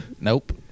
Nope